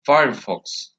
firefox